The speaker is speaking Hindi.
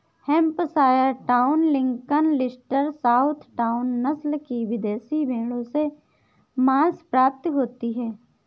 Hampshire Down, Lincoln, Leicester, Southdown, नस्ल की विदेशी भेंड़ों से माँस प्राप्ति होती है